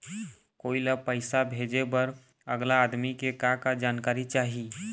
कोई ला पैसा भेजे बर अगला आदमी के का का जानकारी चाही?